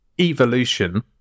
evolution